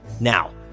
Now